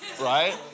right